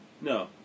No